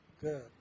Good